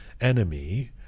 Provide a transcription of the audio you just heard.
enemy